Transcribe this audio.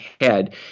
head